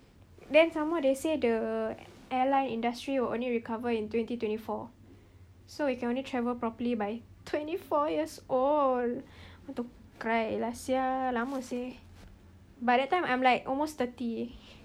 then some more they say the airline industry will only recover in twenty twenty four so we can only travel properly by twenty four years old I want to cry lah [sial] lama seh by that time I'm like almost thirty eh